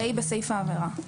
אחראי בסעיף העבירה.